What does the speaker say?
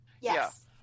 Yes